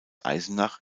eisenach